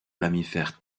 mammifère